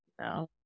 No